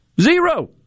Zero